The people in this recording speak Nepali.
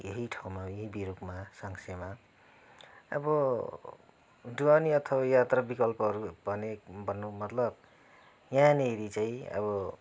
यहीँ ठाउँमा यहीँ बिरूकमा साङ्सेमा अब ढुवानी अथवा यात्रा विकल्पहरू भने भन्नुको मतलब यहाँनिर चाहिँ अब